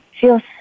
feels